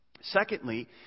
Secondly